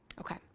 Okay